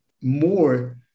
more